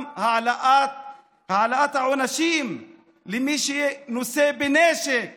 גם העלאת העונשים למי שנושא בנשק